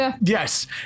Yes